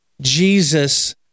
Jesus